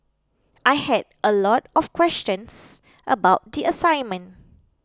I had a lot of questions about the assignment